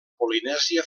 polinèsia